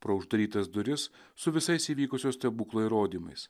pro uždarytas duris su visais įvykusio stebuklo įrodymais